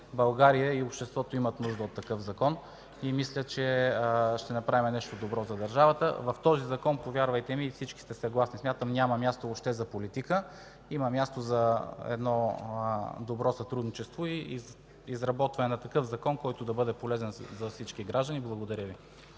България и обществото имат нужда от такъв закон. Мисля, че ще направим нещо добро за държавата. В този закон, повярвайте ми – и всички сте съгласни, че няма място въобще за политика – има място за добро сътрудничество и изработване на такъв закон, който да бъде полезен за всички граждани. Благодаря Ви.